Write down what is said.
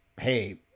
hey